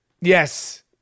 Yes